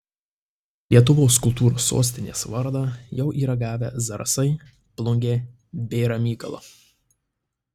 lietuvos kultūros sostinės vardą jau yra gavę zarasai plungė bei ramygala